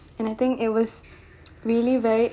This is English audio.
and I think it was really very